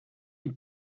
une